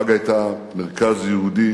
פראג היתה מרכז יהודי